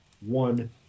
one